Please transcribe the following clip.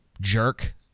jerk